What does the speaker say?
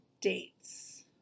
dates